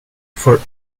for